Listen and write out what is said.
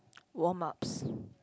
warm ups